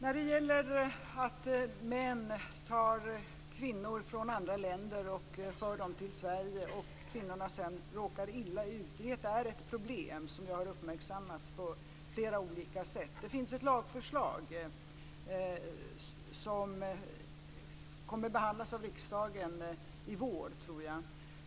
Fru talman! Att män tar kvinnor från andra länder, för dem till Sverige och att kvinnorna sedan råkar illa ut är ett problem som jag har uppmärksammat på flera olika sätt. Ett lagförslag kommer att behandlas av riksdagen i vår.